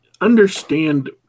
understand